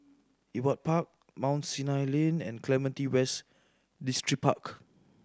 Ewart Park Mount Sinai Lane and Clementi West Distripark